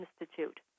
Institute